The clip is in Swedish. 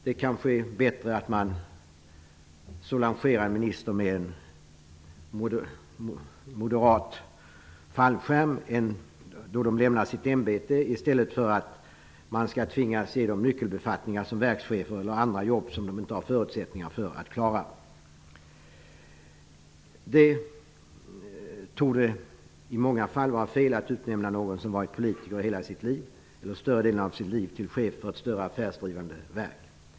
Det är kanske bättre att man soulagerar ministrar med moderat fallskärm då ämbetet lämnas i stället för att tvingas ge dem nyckelbefattningar som verkschefer eller ge dem andra jobb som de inte har förutsättningar att klara. I många fall torde det vara fel att utnämna den som har varit politiker under större delen av sitt liv till chef för ett större affärsdrivande verk.